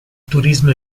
turismo